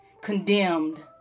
condemned